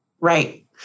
Right